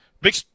Big